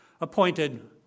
Appointed